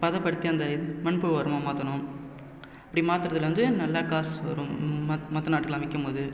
பதப்படுத்தி அந்த மண் புழு உரமா மாற்றணும் இப்படி மாற்றதுல வந்து நல்லா காசு வரும் மத் மற்ற நாட்டுக்கெலாம் விக்கும்போது